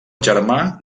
germà